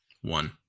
One